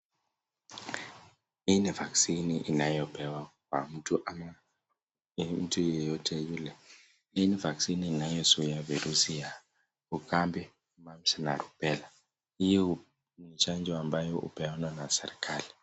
Hii ni vaccine inayopewa kwa mtu ama mtu yeyote yule , hii ni vaccine inayo zuia virusi ya ukambi mumps na rubella . Hio ni chanjo inapeanwa na serikali.